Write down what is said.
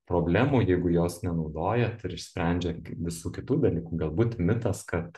problemų jeigu jos nenaudojat ir išsprendžia visų kitų dalykų galbūt mitas kad